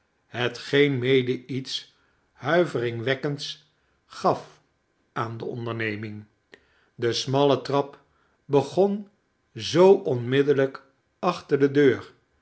hetgeen mede iets huiveringwekkends gaf aan de onderneming de smalle trap begon zoo onmiddellijk achter de deur